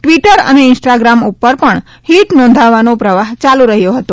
Twitter અને Instagram ઉપર પગ્ન હીટ નોંધાવાનો પ્રવાહ ચાલુ રહ્યો હતો